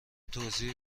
توضیح